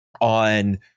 on